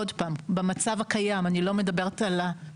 עוד פעם, אני מדברת על המצב הקיים, לא על התוספת.